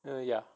err ya